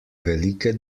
velike